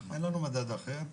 אין לנו מדד אחר,